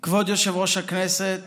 כבוד יושב-ראש הכנסת,